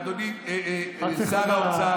אדוני השר ממשרד האוצר,